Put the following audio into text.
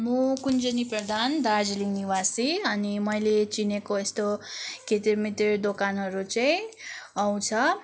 म कुञ्जनी प्रधान दार्जिलिङ निवासी अनि मैले चिनेको यस्तो खितिरमितिर दोकानहरू चाहिँ आउँछ